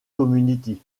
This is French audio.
community